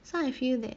so I feel that